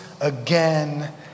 again